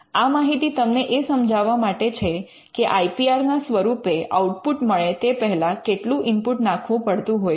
આ માહિતી તમને એ સમજાવવા માટે છે કે આઇ પી આર ના સ્વરૂપે આઉટ્પુટ મળે તે પહેલા કેટલું ઇનપુટ નાખવું પડતું હોય છે